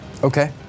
Okay